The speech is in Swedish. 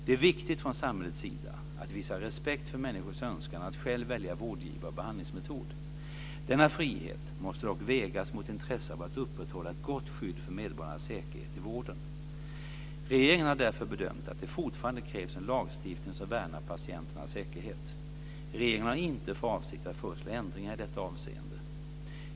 Det är viktigt från samhällets sida att visa respekt för människors önskan att själva välja vårdgivare och behandlingsmetod. Denna frihet måste dock vägas mot intresset av att upprätthålla ett gott skydd för medborgarnas säkerhet i vården. Regeringen har därför bedömt att det fortfarande krävs en lagstiftning som värnar patienternas säkerhet. Regeringen har inte för avsikt att föreslå förändringar i detta avseende.